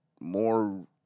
more